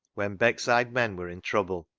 when beckside men were in trouble,